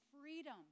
freedom